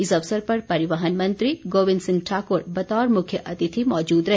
इस अवसर पर परिवहन मंत्री गोविंद सिंह ठाकुर बतौर मुख्य अतिथि मौजूद रहे